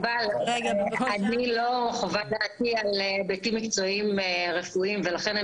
אני לא מחווה את דעתי היבטים מקצועיים רפואיים ולכן אני